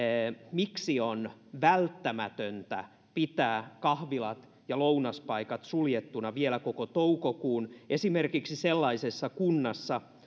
miksi on välttämätöntä pitää kahvilat ja lounaspaikat suljettuina vielä koko toukokuun esimerkiksi sellaisessa kunnassa